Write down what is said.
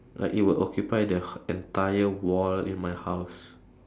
like it will occupy the h~ entire wall in my house